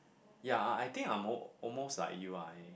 ya I I think I'm al~ almost like you I